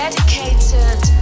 Dedicated